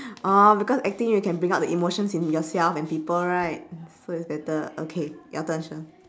oh because acting you can bring out the emotions in yourself and people right so it's better okay your turn shir